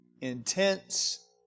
intense